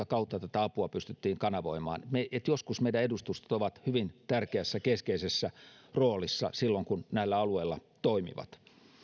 kautta tätä apua pystyttiin kanavoimaan joskus meidän edustustomme ovat hyvin tärkeässä keskeisessä roolissa silloin kun ne näillä alueilla toimivat